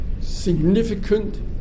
significant